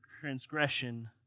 transgression